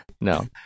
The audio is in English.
no